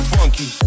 Funky